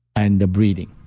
and the breathing.